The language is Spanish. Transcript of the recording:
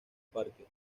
parque